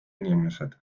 inimesed